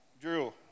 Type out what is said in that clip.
drew